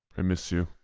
i miss you.